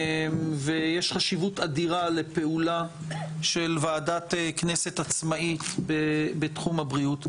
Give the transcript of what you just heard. יש חשיבות אדירה לפעולה של ועדת כנסת עצמאית בתחום הבריאות.